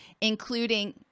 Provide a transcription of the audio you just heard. including